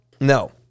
No